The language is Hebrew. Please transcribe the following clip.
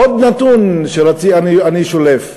עוד נתון אני שולף: